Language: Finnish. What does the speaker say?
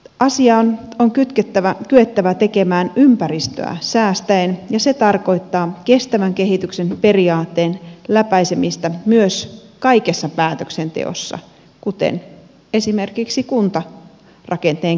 asia on kyettävä tekemään ympäristöä säästäen ja se tarkoittaa kestävän kehityksen periaatteen läpäisemistä myös kaikessa päätöksenteossa kuten esimerkiksi kuntarakenteen kehittämisessä